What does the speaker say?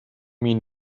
mean